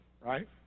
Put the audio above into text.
right